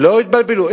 לא התבלבלו.